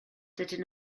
dydyn